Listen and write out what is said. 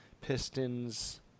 Pistons